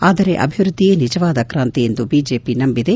ಆದರೆ ಅಭಿವೃದ್ದಿಯೇ ನಿಜವಾದ ಕಾಂತಿ ಎಂದು ಬಿಜೆಪಿ ನಂಬಿದೆ